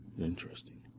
Interesting